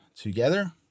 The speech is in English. together